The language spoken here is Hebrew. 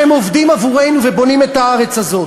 שהם עובדים עבורנו ובונים את הארץ הזאת.